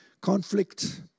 conflict